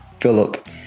Philip